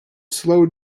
slow